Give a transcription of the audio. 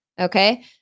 okay